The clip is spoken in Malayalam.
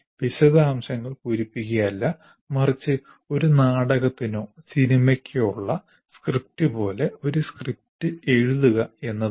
വിശദാംശങ്ങൾ പൂരിപ്പിക്കുകയല്ല മറിച്ച് ഒരു നാടകത്തിനോ സിനിമയ്ക്കോ ഉള്ള സ്ക്രിപ്റ്റ് പോലെ ഒരു സ്ക്രിപ്റ്റ് എഴുതുക എന്നതാണ്